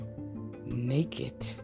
naked